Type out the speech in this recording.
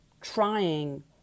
trying